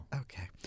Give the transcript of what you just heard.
Okay